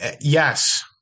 Yes